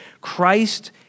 Christ